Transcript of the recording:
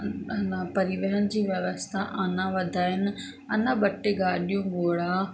हिन परिवहन जी व्यवस्था अञा वधाइनि अञा ॿ टे गाॾियूं घोड़ा